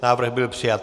Návrh byl přijat.